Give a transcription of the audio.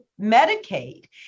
Medicaid